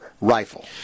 rifle